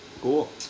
Cool